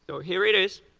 so here it is.